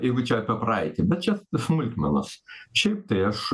jeigu čia apie praeitį bet čia smulkmenos šiaip tai aš